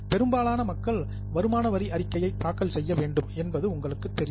பெரும்பாலான மக்கள் வருமானவரி அறிக்கையை தாக்கல் செய்ய வேண்டும் என்பது உங்களுக்கு தெரியும்